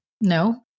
no